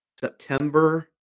September